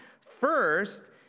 First